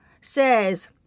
says